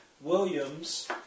Williams